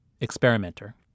Experimenter